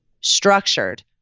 structured